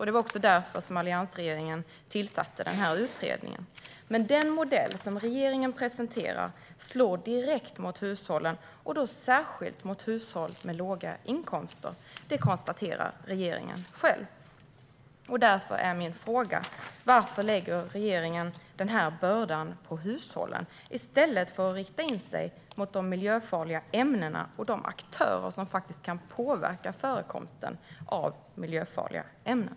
Det var också därför alliansregeringen tillsatte en utredning. Men den modell som regeringen presenterar slår direkt mot hushållen, och då särskilt mot hushåll med låga inkomster. Det konstaterar regeringen själv. Därför är min fråga: Varför lägger regeringen denna börda på hushållen i stället för att rikta in sig mot de miljöfarliga ämnena och de aktörer som kan påverka förekomsten av miljöfarliga ämnen?